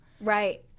Right